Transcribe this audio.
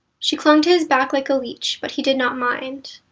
she clung to his back like a leech, but he did not mind.